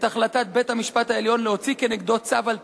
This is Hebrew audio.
החלטת בית-המשפט העליון להוציא כנגדו צו על תנאי.